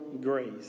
grace